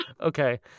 okay